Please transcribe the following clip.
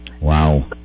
Wow